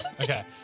Okay